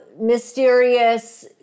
mysterious